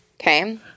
Okay